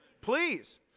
Please